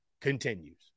continues